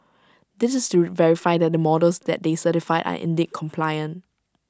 this is to verify that the models that they certified are indeed compliant